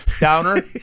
Downer